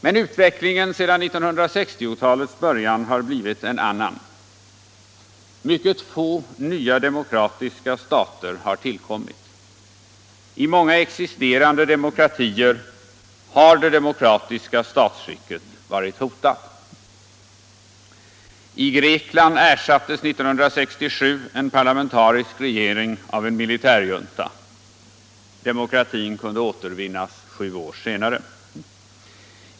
Men utvecklingen sedan 1960-talets början har blivit en annan. Mycket få nya demokratiska stater har tillkommit. I många existerande demokratier har det demokratiska statsskicket varit hotat. I Grekland ersattes 1967 en parlamentarisk regering av en militärjunta. Demokratin kunde återvinnas sju år senare.